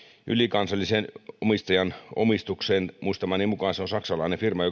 ylikansallisen omistajan omistukseen muistamani mukaan se on saksalainen firma